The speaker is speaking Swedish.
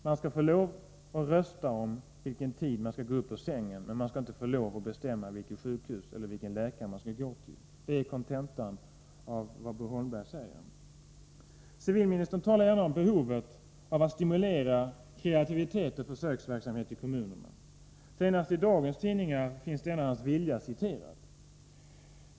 Man skall få lov att rösta om vilken tid man skall gå upp ur sängen, men man skall inte kunna rösta om vilket sjukhus eller vilken läkare man skall gå till. Det är kontentan av vad Bo Holmberg säger. Civilministern talar gärna om behovet av att stimulera kreativitet och försöksverksamhet i kommunerna. Senast i dagens tidningar finns ett uttalande om denna hans vilja citerat.